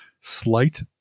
slight